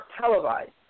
televised